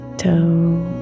toe